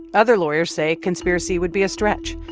other lawyers say conspiracy would be a stretch.